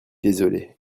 désolé